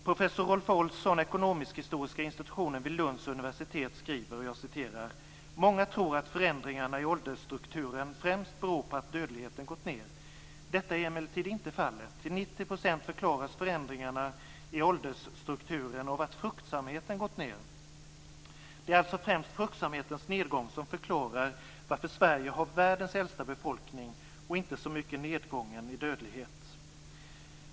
Professor Rolf Ohlsson, ekonomisk-historiska institutionen vid Lunds universitet skriver: "Många tror att förändringarna i åldersstrukturen främst beror på att dödligheten gått ned. Detta är emellertid inte fallet. Till 90 procent förklaras förändringarna i åldersstrukturen av att fruktsamheten gått ned. Det är alltså främst fruktsamhetens nedgång som förklarar varför Sverige har världens äldsta befolkning och inte så mycket nedgången i dödlighet".